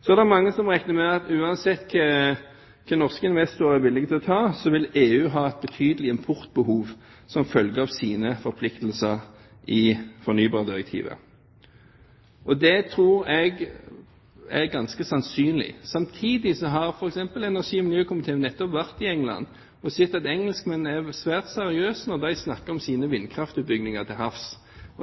Så er det mange som regner med at uansett hva norske investorer er villig til å ta, vil EU ha et betydelig importbehov som følge av sine forpliktelser i fornybardirektivet. Det tror jeg er ganske sannsynlig. Samtidig har f.eks. energi- og miljøkomiteen nettopp vært i England og sett at engelskmennene er svært seriøse når de snakker om sine vindkraftutbygginger til havs.